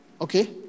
Okay